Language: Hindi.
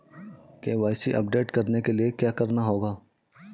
के.वाई.सी अपडेट करने के लिए क्या करना होगा?